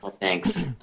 thanks